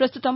ప్రస్తుతం